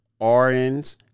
RNs